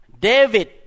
David